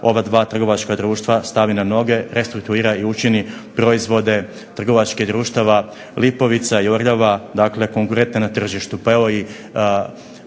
ova dva trgovačka društva stavi na noge, restrukturira i učini proizvode trgovačkih društva "Lipovica" i "Orljava" konkurentne na tržištu.